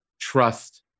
trust